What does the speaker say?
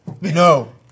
no